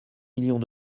millions